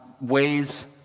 ways